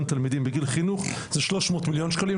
תלמידים בגיל חינוך זה שלוש מאות מיליון שקלים,